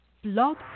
blog